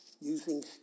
using